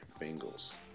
Bengals